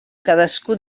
cadascú